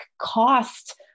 cost